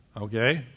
Okay